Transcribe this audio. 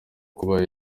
kuba